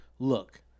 Look